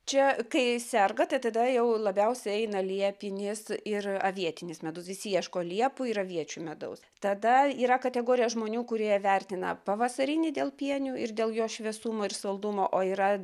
čia kai serga tai tada jau labiausiai eina liepinis ir avietinis medus visi ieško liepų ir aviečių medaus tada yra kategorija žmonių kurie vertina pavasarinį dėl pienių ir dėl jo šviesumo ir saldumo o yra